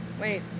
Wait